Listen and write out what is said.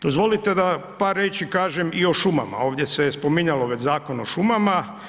Dozvolite da par riječi kažem i o šumama, ovdje se spominjalo već Zakon o šumama.